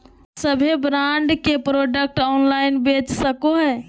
सभे ब्रांड के product online बेच सको हइ